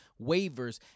waivers